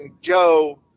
Joe